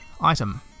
Item